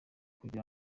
kugira